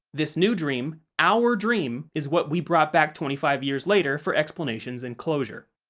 this new dream, our dream, is what we brought back twenty five years later for explanations and closure.